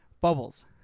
Bubbles